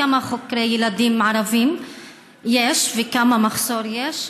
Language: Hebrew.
כמה חוקרי ילדים ערבים יש וכמה מחסור יש?